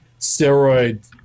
steroid